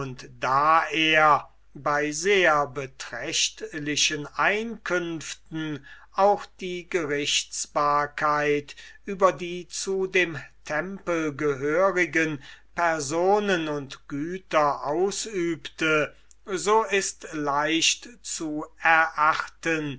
da er bei sehr beträchtlichen einkünften auch die gerichtsbarkeit über die zu dem tempel gehörigen personen und güter ausübte so ist leicht zu erachten